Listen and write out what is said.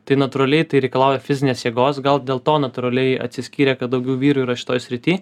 tai natūraliai tai reikalauja fizinės jėgos gal dėl to natūraliai atsiskyrė kad daugiau vyrų yra šitoj srity